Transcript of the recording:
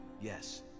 yes